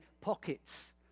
pockets